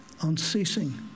unceasing